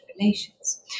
relations